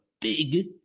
big